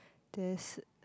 there's